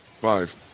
Five